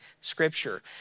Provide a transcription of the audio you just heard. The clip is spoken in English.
scripture